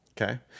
Okay